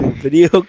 video